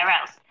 else